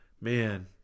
Man